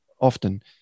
often